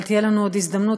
אבל תהיה לנו עוד הזדמנות,